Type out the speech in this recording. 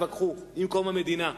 עם קום המדינה,